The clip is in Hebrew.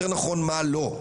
יותר נכון מה לא,